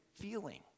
feeling